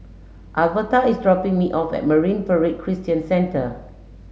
Alverta is dropping me off at Marine Parade Christian Centre